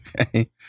Okay